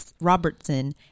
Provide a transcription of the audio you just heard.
Robertson